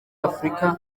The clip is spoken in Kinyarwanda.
afurika